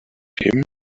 him